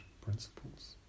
principles